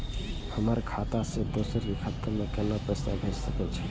हमर खाता से दोसर के खाता में केना पैसा भेज सके छे?